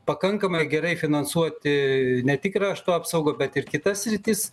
pakankamai gerai finansuoti ne tik krašto apsaugą bet ir kitas sritis